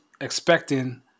expecting